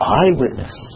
eyewitness